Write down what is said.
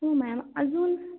हो मॅम अजून